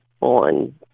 on